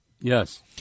Yes